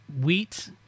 wheat